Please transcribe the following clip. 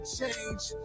change